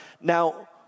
Now